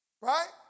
Right